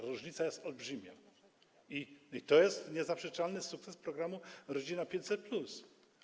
Różnica jest olbrzymia i to jest niezaprzeczalny sukces programu „Rodzina 500+”